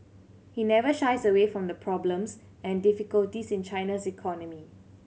he never shies away from the problems and difficulties in China's economy